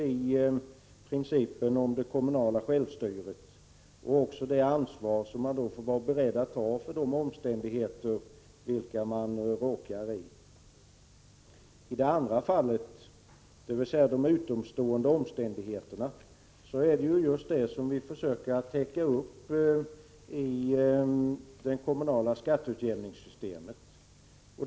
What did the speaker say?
I principen om det kommunala självstyret ligger att man får vara beredd att ta ansvar för de omständigheter som man råkar i av egen förskyllan. Genom det kommunala skatteutjämningssystemet försöker vi täcka upp ekonomiska svårigheter av det andra slaget, dvs. sådana som man råkar i genom omständigheter som man inte råder över.